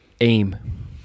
aim